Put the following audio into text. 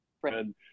friend